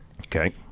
okay